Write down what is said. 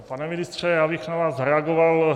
Pane ministře, já bych na vás zareagoval.